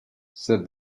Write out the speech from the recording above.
said